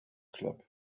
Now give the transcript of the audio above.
club